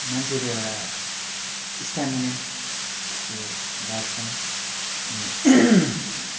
मान्छेको एउटा स्टामिना त्यो बढ्छ अनि